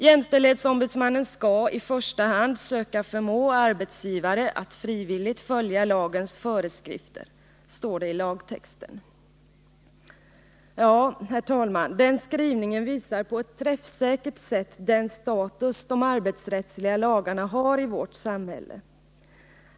Jämställdhetsombudsmannen skall i första hand söka förmå arbetsgivare att frivilligt följa lagens föreskrifter, står det i lagtexten. Ja, den skrivningen visar på ett träffsäkert sätt den status de arbetsrättsliga lagarna har i vårt samhälle.